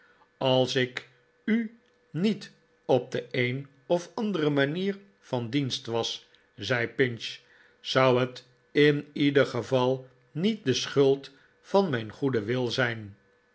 als ik u niet op de een of andere manier van dienst was zei pinch zou het in ieder geval niet de schuld van mijn goeden wil zijn